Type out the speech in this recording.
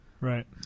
right